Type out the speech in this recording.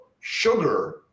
sugar